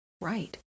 Right